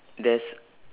there's